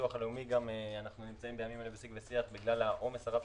אנחנו גם נמצאים היום בשיג ושיח עם הביטוח